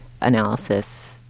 analysis